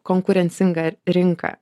konkurencinga rinka